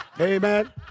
Amen